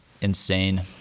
insane